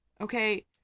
Okay